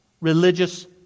religious